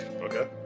Okay